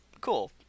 Cool